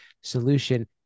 solution